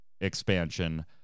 expansion